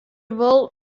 wol